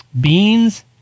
beans